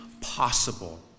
possible